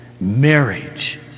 Marriage